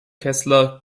kessler